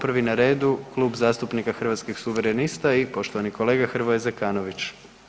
Prvi na redu Klub zastupnika Hrvatskih suverenista i poštovani kolega Hrvoje Zekanović.